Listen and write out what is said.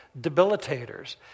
debilitators